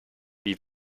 wie